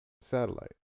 Satellite